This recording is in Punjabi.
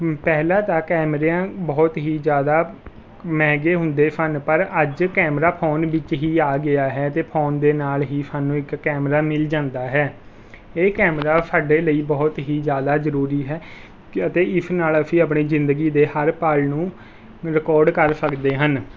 ਪਹਿਲਾਂ ਤਾਂ ਕੈਮਰਿਆਂ ਬਹੁਤ ਹੀ ਜ਼ਿਆਦਾ ਮਹਿੰਗੇ ਹੁੰਦੇ ਸਨ ਪਰ ਅੱਜ ਕੈਮਰਾ ਫੋਨ ਵਿੱਚ ਹੀ ਆ ਗਿਆ ਹੈ ਅਤੇ ਫੋਨ ਦੇ ਨਾਲ ਹੀ ਸਾਨੂੰ ਇੱਕ ਕੈਮਰਾ ਮਿਲ ਜਾਂਦਾ ਹੈ ਇਹ ਕੈਮਰਾ ਸਾਡੇ ਲਈ ਬਹੁਤ ਹੀ ਜ਼ਿਆਦਾ ਜ਼ਰੂਰੀ ਹੈ ਕ ਅਤੇ ਇਸ ਨਾਲ ਅਸੀਂ ਆਪਣੇ ਜ਼ਿੰਦਗੀ ਦੇ ਹਰ ਭਾਗ ਨੂੰ ਰਿਕੋਡ ਕਰ ਸਕਦੇ ਹਨ